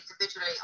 individually